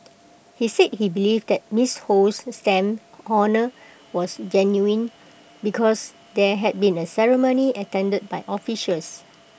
he said he believed that miss Ho's stamp honour was genuine because there had been A ceremony attended by officials